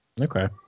okay